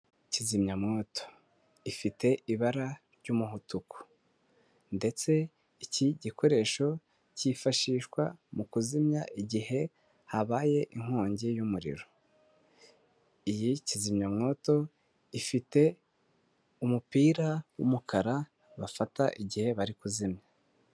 Kizimyamwoto ifite ibara ry'umuhutuku, ndetse iki gikoresho cyifashishwa mu kuzimya igihe habaye inkongi y'umuriro, iyi kizimyamwoto ifite umupira w'umukara bafata igihe bari kuzimya.